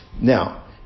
Now